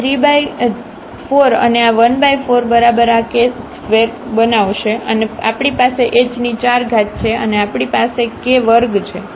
તેથી 34 અને આ 14 બરાબર આ k2 બનાવશે અને આપણી પાસે h4 છે અને આપણી પાસે k વર્ગ છે